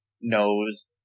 knows